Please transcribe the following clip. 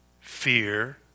fear